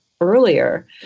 earlier